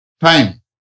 Time